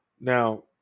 Now